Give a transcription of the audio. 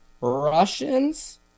russians